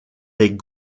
des